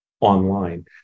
online